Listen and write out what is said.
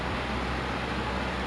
one specific thing